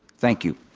thank you.